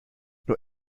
nur